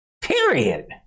Period